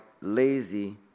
lazy